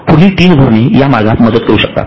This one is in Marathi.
पुढील तीन धोरणे यामार्गात मदत करू शकतात